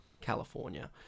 California